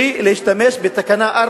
וגם למדינה,